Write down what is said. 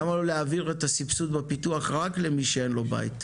למה לא להעביר את הסבסוד בפיתוח רק למי שאין לו בית?